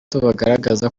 bagaragaza